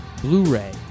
Blu-ray